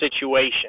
situation